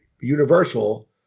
universal